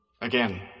again